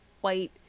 white